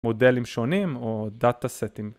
מודלים שונים או דאטה סטים